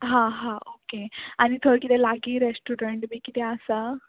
हां हां ओके आनी थंय कितें लागीं रेस्टोरंट बी किदें आसा